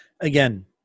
again